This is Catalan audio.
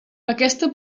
aquesta